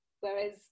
Whereas